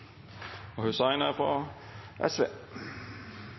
1 og 2 fra SV,